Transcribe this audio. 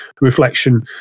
reflection